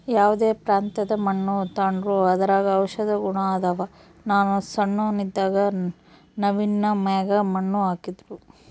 ಯಾವ್ದೇ ಪ್ರಾಂತ್ಯದ ಮಣ್ಣು ತಾಂಡ್ರೂ ಅದರಾಗ ಔಷದ ಗುಣ ಅದಾವ, ನಾನು ಸಣ್ಣೋನ್ ಇದ್ದಾಗ ನವ್ವಿನ ಮ್ಯಾಗ ಮಣ್ಣು ಹಾಕ್ತಿದ್ರು